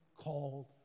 called